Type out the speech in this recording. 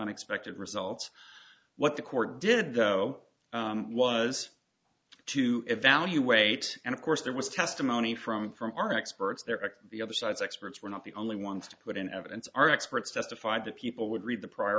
unexpected results what the court did though was to evaluate and of course there was testimony from from our experts there at the other sites experts were not the only ones to put in evidence our experts testified that people would read the prior